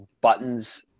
buttons